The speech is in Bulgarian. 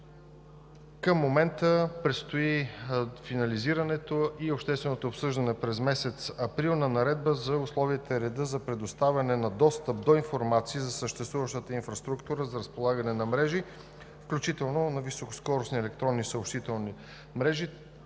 Към момента предстои финализирането и общественото обсъждане през месец април на Наредба за условията и реда за предоставяне на достъп до информация за съществуващата инфраструктура за разполагане на мрежи, включително на високоскоростни електронни съобщителни мрежи,